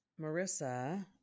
marissa